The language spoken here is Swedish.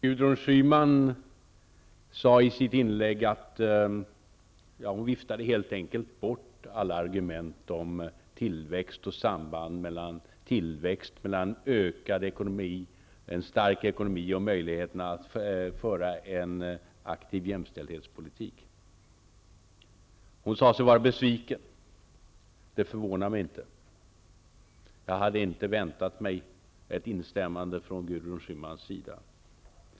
Herr talman! Gudrun Schyman viftade i sitt inlägg helt enkelt bort alla argument om tillväxt och samband mellan tillväxt, en stark ekonomi och möjligheterna att föra en aktiv jämställdhetspolitik. Hon sade sig vara besviken -- det förvånar mig inte. Jag hade inte väntat mig ett instämmande från Gudrun Schymans sida.